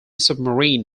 submarine